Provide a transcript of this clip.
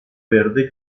verde